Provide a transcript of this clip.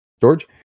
george